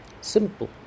Simple